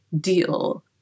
deal